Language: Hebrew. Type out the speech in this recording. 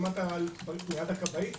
שירות המדינה אישרו לפרישה של כבאים.